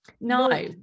no